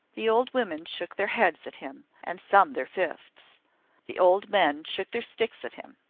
the old women shook their heads at him, and some their fists the old men shook their sticks at him.